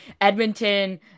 edmonton